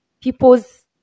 people's